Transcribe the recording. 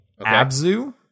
abzu